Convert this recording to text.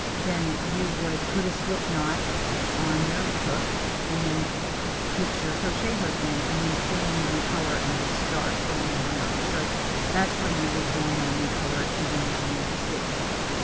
then you would put a slip knot on your hook and then put your crochet hook in and then pull in the new color and just start going around. so that's how you would join on a new color if you wanted to use a slip stitch.